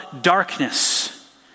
darkness